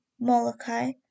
Molokai